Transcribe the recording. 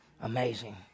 Amazing